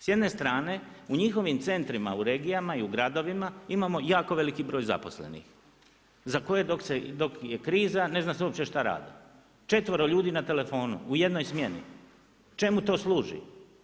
S jedne strane u njihovim centrima u regijama i u gradovima imamo jako veliki broj zaposlenih, za koje dok je kriza ne zna se uopće što rade, 4 ljudi na telefonu, u jednoj smjeni, čemu to služi.